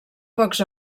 focs